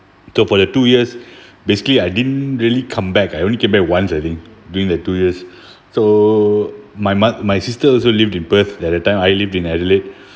so for the two years basically I didn't really come back I only came back once I think during that two years so my mother my sister also lived in perth at that time I lived in adelaide